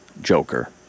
Joker